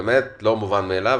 זה לא מובן מאליו,